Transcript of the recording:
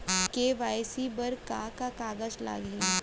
KYC बर का का कागज लागही?